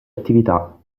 attività